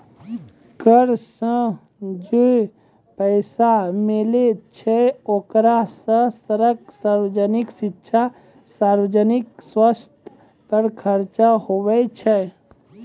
कर सं जे पैसा मिलै छै ओकरा सं सड़क, सार्वजनिक शिक्षा, सार्वजनिक सवस्थ पर खर्च हुवै छै